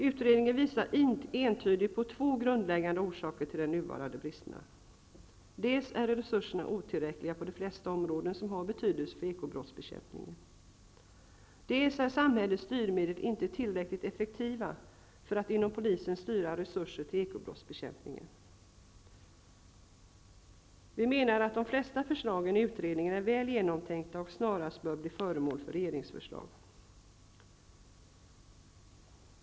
Utredningen visar entydigt på två grundläggande orsaker till de nuvarande bristerna. Dels är resurserna otillräckliga på de flesta områden som har betydelse för ekobrottsbekämpningen. Dels är samhällets styrmedel inte tillräckligt effektiva för att inom polisen styra resurser till ekobrottsbekämpningen. Vi anser att de flesta förslagen i utredningen är väl genomtänkta och snarast bör bli föremål för regeringsförslag.